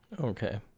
Okay